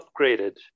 upgraded